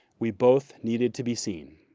we both needed to be seen.